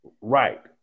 Right